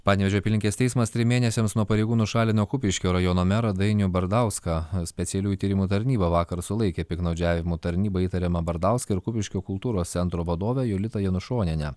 panevėžio apylinkės teismas trim mėnesiams nuo pareigų nušalino kupiškio rajono merą dainių bardauską specialiųjų tyrimų tarnyba vakar sulaikė piktnaudžiavimu tarnyba įtariamą bardauską ir kupiškio kultūros centro vadovę jolitą janušonienę